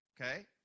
Okay